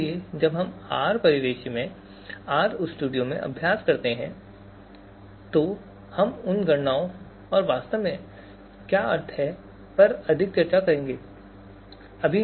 इसलिए जब हम R परिवेश में Rstudio में अभ्यास करते हैं तो हम उन गणनाओं और उनका वास्तव में क्या अर्थ है इस पर अधिक विस्तार से चर्चा करेंगे